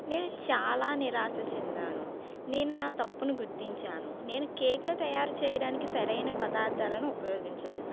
నేను చాలా నిరాశ చెందాను నేను నా తప్పును గుర్తించాను నేను కేక్ ను తయారు చేయడానికి సరైన పదార్థాలను ఉపయోగించలేదు